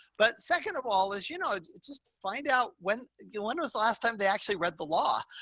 but second of all is, you know, just find out when you, when was the last time they actually read the law,